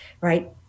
right